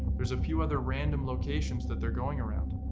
there's a few other random locations that they're going around.